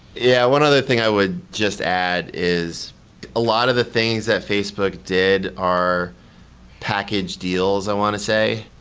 yeah. one other thing i would just add is a lot of the things that facebook did are package deals i want to say.